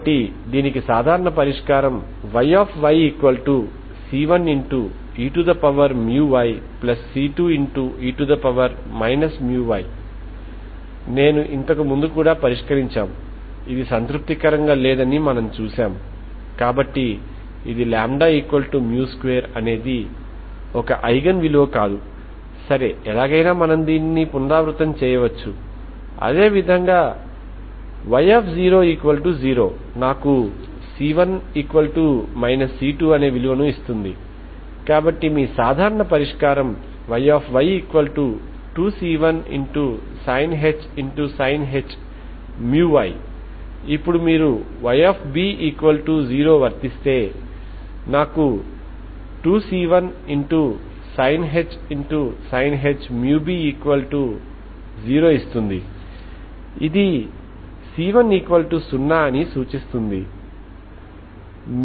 కాబట్టి దీనికి సాధారణ పరిష్కారం Yyc1eμyc2e μy నేను ఇంతకుముందు కూడా పరిష్కరించాము ఇది సంతృప్తికరంగా లేదని మనము చూశాము కాబట్టి ఇది λ2అనేది ఒక ఐగెన్ విలువ కాదు సరే ఎలాగైనా మనం దీనిని పునరావృతం చేయవచ్చు అదే విధంగా Y00నాకు c1 c2 ఇస్తుంది కాబట్టి మీ సాధారణ పరిష్కారంYy2c1sinh μy ఇప్పుడు మీరు Yb0వర్తిస్తే నాకు 2c1sinh μb 0 ఇస్తుంది ఇది c10 అని సూచిస్తుంది